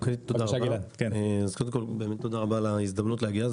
תודה רבה על ההזדמנות להגיע וזה